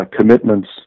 commitments